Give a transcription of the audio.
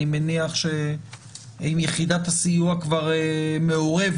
אני מניח שאם יחידת הסיוע כבר מעורכת,